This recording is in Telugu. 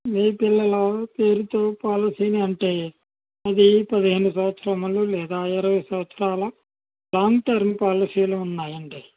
మీ పిల్లల పేరుతో పాలసీ అంటే పది పదిహేను సంవత్సరాలు లేదా ఇరవై సంవత్సరాల లాంగ్ టర్మ్ పాలసీలు ఉన్నాయండి